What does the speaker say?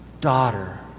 Daughter